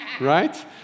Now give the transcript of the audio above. right